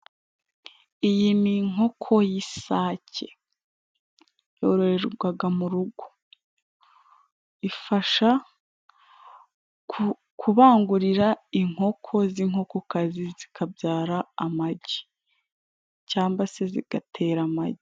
Iyi ni inkoko y'isake yororerwaga mu rugo, ifasha kubangurira inkoko z'inkokokazi zikabyara amagi cangwa se zigatera amagi.